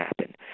happen